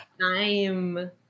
time